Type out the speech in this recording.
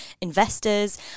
investors